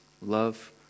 Love